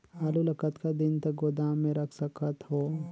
आलू ल कतका दिन तक गोदाम मे रख सकथ हों?